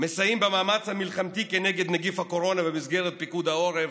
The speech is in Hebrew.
מסייעים במאמץ המלחמתי כנגד נגיף הקורונה במסגרת פיקוד העורף,